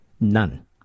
None